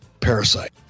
parasite